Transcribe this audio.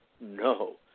No